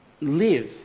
live